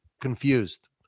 confused